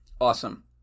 Awesome